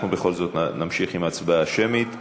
אנחנו בכל זאת נמשיך עם ההצבעה השמית,